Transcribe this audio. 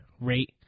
rate